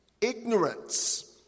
ignorance